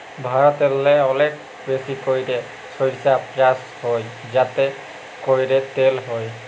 ভারতেল্লে অলেক বেশি ক্যইরে সইরসা চাষ হ্যয় যাতে ক্যইরে তেল হ্যয়